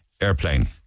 airplane